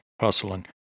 hustling